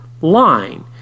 line